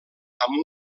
amb